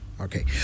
Okay